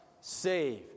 save